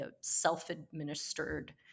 self-administered